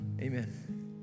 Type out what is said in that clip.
Amen